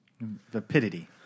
Vapidity